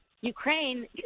Ukraine –